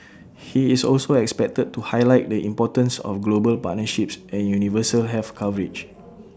he is also expected to highlight the importance of global partnerships and universal health coverage